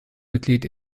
mitglied